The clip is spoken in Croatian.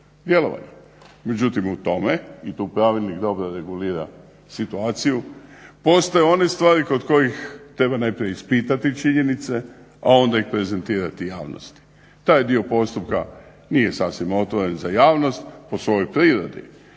djelovanja. Međutim u tome i tu Pravilnik dobro regulira situaciju. Postoje one stvari kod kojih treba najprije ispitati činjenice, a onda ih prezentirati javnosti. Taj dio postupka nije sasvim otvoren za javnost po svojoj prirodi